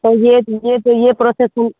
तो यह तो यह तो यह प्रोसेस है